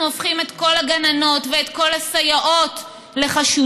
הופכים את כל הגננות ואת כל הסייעות לחשודות,